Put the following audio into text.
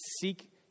seek